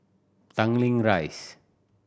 Tanglin Rise